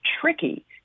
tricky